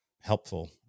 helpful